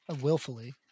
willfully